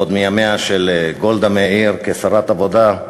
עוד מימיה של גולדה מאיר כשרת העבודה,